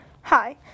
Hi